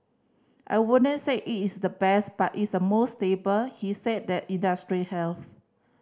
I wouldn't say it is the best but it's the most stable he said that industry health